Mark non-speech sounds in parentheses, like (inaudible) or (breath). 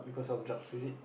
(breath)